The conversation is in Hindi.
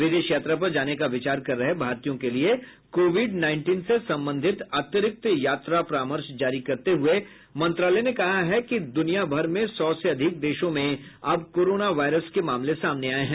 विदेश यात्रा पर जाने का विचार कर रहे भारतीयों के लिए कोविड नाईनटीन से संबंधित अतिरिक्त यात्रा परामर्श जारी करते हुए मंत्रालय ने कहा कि दुनिया भर में सौ से अधिक देशों में अब कोरोना वायरस के मामले सामने आए हैं